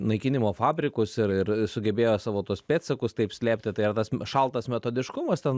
naikinimo fabrikus ir ir sugebėjo savo tuos pėdsakus taip slėpti tai ar tas šaltas metodiškumas ten